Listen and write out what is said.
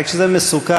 רק שזה מסוכן.